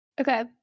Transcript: Okay